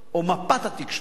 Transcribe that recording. או מפת התקשורת,